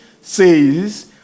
says